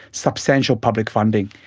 substantial public funding.